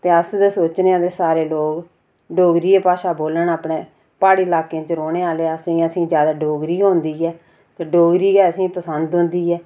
ते अस ते सोचने आं के सारे लोग डोगरी केगै भाषा बोलन अपने प्हाड़ी ल्हाकें च रौह्ने आह्ले असेंगी असेंगी ज्यादा डोगरी गै आंदी ऐ ते डोगरी गै असेंगी पसंद औंदी ऐ